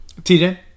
TJ